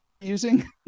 using